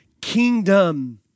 kingdom